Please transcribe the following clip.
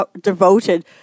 devoted